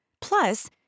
Plus